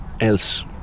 else